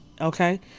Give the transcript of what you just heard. Okay